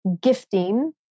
gifting